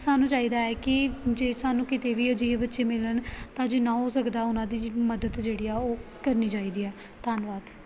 ਸਾਨੂੰ ਚਾਹੀਦਾ ਹੈ ਕਿ ਜੇ ਸਾਨੂੰ ਕਿਤੇ ਵੀ ਅਜਿਹੇ ਬੱਚੇ ਮਿਲਣ ਤਾਂ ਜਿੰਨਾ ਹੋ ਸਕਦਾ ਉਹਨਾਂ ਦੀ ਜਿ ਮਦਦ ਜਿਹੜੀ ਆ ਉਹ ਕਰਨੀ ਚਾਹੀਦੀ ਆ ਧੰਨਵਾਦ